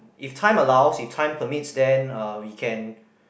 if time allows time permits then we can